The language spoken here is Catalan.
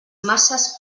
masses